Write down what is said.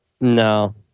No